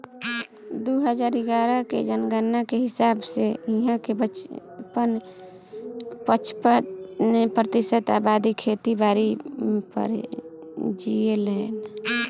दू हजार इग्यारह के जनगणना के हिसाब से इहां के पचपन प्रतिशत अबादी खेती बारी पर जीऐलेन